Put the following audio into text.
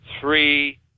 three